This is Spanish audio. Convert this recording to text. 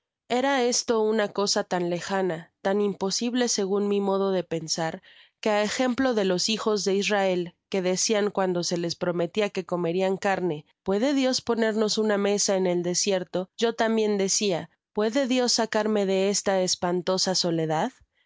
era esto una cosa tan lejana tan imposible segun mi modo de pensar que á ejemplo de los hijos de israel que decian cuando se les prometia que comerian carne puede dios ponernos una mesa en el desierto yo tambien decia puede dios sacarme de esta espantosa soledad